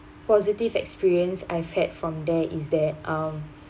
positive experience I've had from there is they um